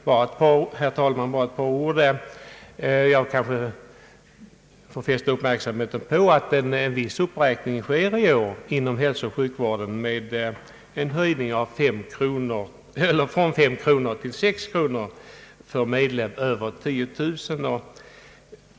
Herr talman! Jag vill fästa uppmärksamheten på att det skett viss uppräkning i år av det särskilda anslaget till hälsooch sjukvård för studerande — bidraget har höjts från 5 till 6 kronor per studerande över 10 000.